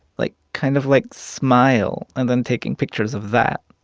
like, kind of, like, smile, and then taking pictures of that.